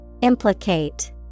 Implicate